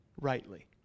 rightly